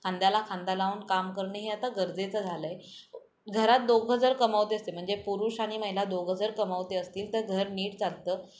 खांद्याला खांदा लावून काम करणं हे आता गरजेचं झालं आहे घरात दोघं जर कमावते असते म्हणजे पुरुष आणि महिला दोघं जर कमावते असतील तर घर नीट चालतं